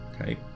okay